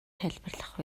тайлбарлах